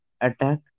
attack